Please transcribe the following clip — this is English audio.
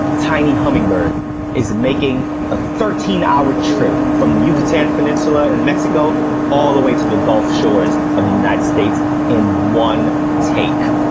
tiny hummingbird is making a thirteen hour trip from the yucatan peninsula in mexico all the way to the gulf shores of the united states in one take!